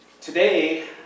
today